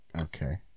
Okay